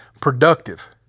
productive